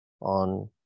on